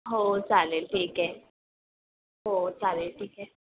हो चालेल ठीक आहे हो चालेल ठीक आहे